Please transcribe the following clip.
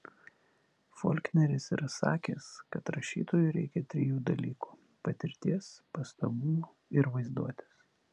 folkneris yra sakęs kad rašytojui reikia trijų dalykų patirties pastabumo ir vaizduotės